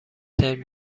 ترم